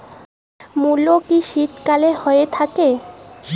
মূলো কি শীতকালে হয়ে থাকে?